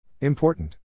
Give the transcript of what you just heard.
Important